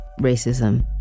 racism